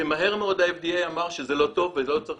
שמהר מאוד ה-FDA אמר שזה לא טוב ולא צריך